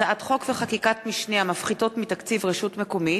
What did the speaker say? הצעת חוק וחקיקת משנה המפחיתות מתקציב רשות מקומית),